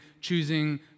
choosing